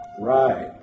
right